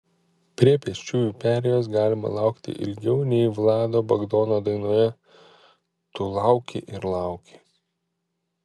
prie pėsčiųjų perėjos galima laukti ilgiau nei vlado bagdono dainoje tu lauki ir lauki